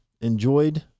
enjoyed